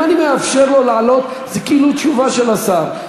אם אני מאפשר לו לעלות זה כאילו תשובה של השר,